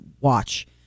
watch